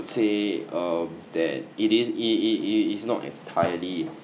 say um that it is it it it is not entirely